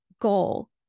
goal